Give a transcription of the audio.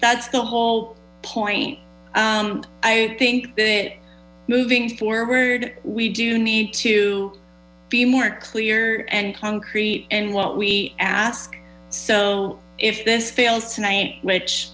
that's the whole point i think that moving forward we do need to be more clear and concrete and what we ask so if this fails tonight which